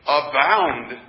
abound